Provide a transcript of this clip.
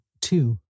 two